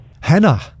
Hannah